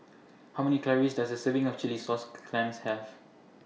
How Many Calories Does A Serving of Chilli Sauce Clams Have